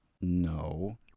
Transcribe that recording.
No